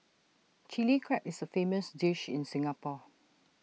Chilli Crab is A famous dish in Singapore